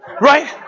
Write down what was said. Right